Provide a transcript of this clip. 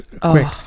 quick